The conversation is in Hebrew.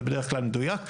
זה בדרך כלל מדויק.